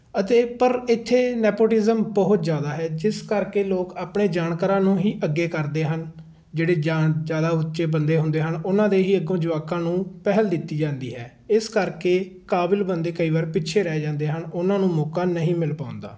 ਅਤੇ ਪਰ ਇੱਥੇ ਨੇਪੋਟਿਜ਼ਮ ਬਹੁਤ ਜ਼ਿਆਦਾ ਹੈ ਜਿਸ ਕਰਕੇ ਲੋਕ ਆਪਣੇ ਜਾਣਕਾਰਾਂ ਨੂੰ ਹੀ ਅੱਗੇ ਕਰਦੇ ਹਨ ਜਿਹੜੇ ਜਾਣ ਜ਼ਿਆਦਾ ਉੱਚੇ ਬੰਦੇ ਹੁੰਦੇ ਹਨ ਉਹਨਾਂ ਦੇ ਹੀ ਅੱਗੋਂ ਜਵਾਕਾਂ ਨੂੰ ਪਹਿਲ ਦਿੱਤੀ ਜਾਂਦੀ ਹੈ ਇਸ ਕਰਕੇ ਕਾਬਿਲ ਬੰਦੇ ਕਈ ਵਾਰ ਪਿੱਛੇ ਰਹਿ ਜਾਂਦੇ ਹਨ ਉਹਨਾਂ ਨੂੰ ਮੌਕਾ ਨਹੀਂ ਮਿਲ ਪਾਉਂਦਾ